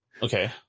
Okay